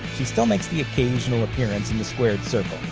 she still makes the occasional appearance in the squared circle.